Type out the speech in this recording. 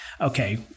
okay